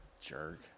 jerk